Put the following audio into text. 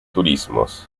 turismos